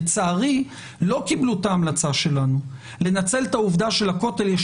לצערי לא קיבלו את ההמלצה שלנו לנצל את העובדה שלכותל יש